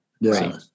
Right